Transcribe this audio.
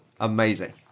amazing